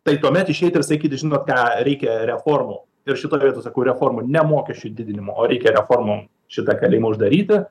tai tuomet išeiti ir sakyti žinot ką reikia reformų ir šitoj vietoj sakau reformų ne mokesčių didinimo o reikia reformom šitą kalėjimą uždaryti